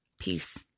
Peace